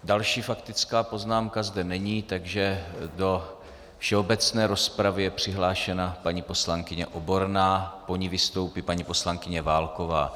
Další faktická poznámka zde není, takže do všeobecné rozpravy je přihlášena paní poslankyně Oborná, po ní vystoupí paní poslankyně Válková.